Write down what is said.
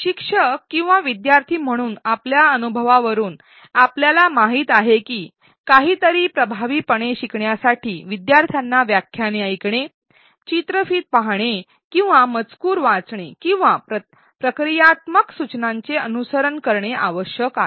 शिक्षक किंवा विद्यार्थी म्हणून आपल्या अनुभवावरून आपल्याला माहित आहे की काहीतरी प्रभावीपणे शिकण्यासाठी विद्यार्थ्यांना व्याख्याने ऐकणे चित्रफित पाहणे किंवा मजकूर वाचणे किंवा प्रक्रियात्मक सूचनांचे अनुसरण करणे आवश्यक आहे